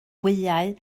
wyau